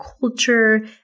culture